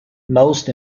most